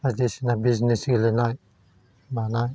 बायदिसिना बिजनेस गेलेनाय मानाय